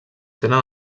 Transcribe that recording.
tenen